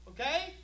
Okay